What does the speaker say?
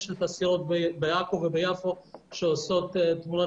יש את הסירות בעכו וביפו שעושות תמורת